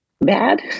bad